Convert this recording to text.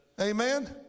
Amen